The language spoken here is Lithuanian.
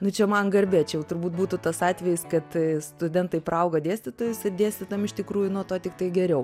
nu čia man garbė čia jau turbūt būtų tas atvejis kad studentai praauga dėstytojus ir dėstytojam iš tikrųjų nuo to tiktai geriau